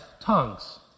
tongues